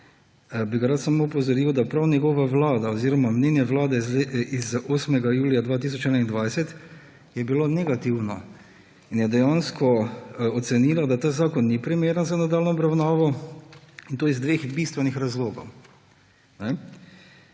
bi ga rad samo opozoril, da prav njegova vlada oziroma mnenje Vlade z dne 8. julija 2021 je bilo negativno in je dejansko ocenilo, da ta zakon ni primeren za nadaljnjo obravnavo, in to iz dveh bistvenih razlogov.